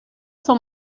son